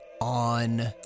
On